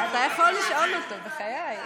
אתה יכול לשאול אותו, בחיי.